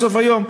בסוף היום,